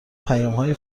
پیامهای